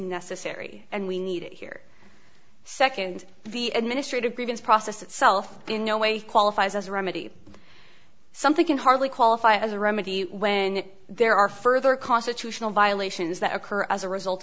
necessary and we need it here second the administrative grievance process itself in no way qualifies as a remedy something can hardly qualify as a remedy when there are further constitutional violations that occur as a result